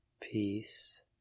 peace